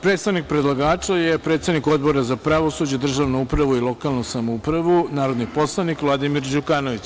Predstavnik predlagača je predsednik Odbora za pravosuđe, državnu upravu i lokalnu samoupravu, narodni poslanik Vladimir Đukanović.